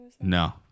No